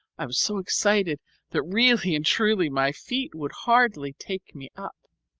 i was so excited that really and truly my feet would hardly take me up.